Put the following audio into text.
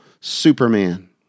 Superman